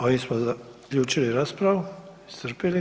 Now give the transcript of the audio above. Ovim smo zaključili raspravu, iscrpili.